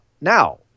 now